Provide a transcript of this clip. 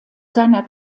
seiner